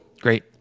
Great